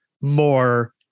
more